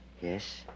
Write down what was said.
Yes